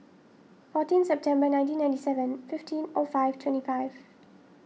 fourteen September nineteen ninety seven fifteen O five twenty five